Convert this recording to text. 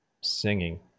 singing